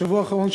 בשבוע האחרון,